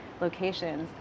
locations